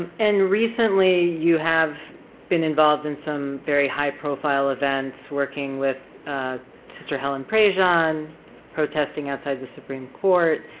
and recently you have been involved in some very high profile events working with sister helen prejean ah um protesting outside the supreme court